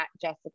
jessica